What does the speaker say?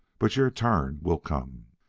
but your turn will come.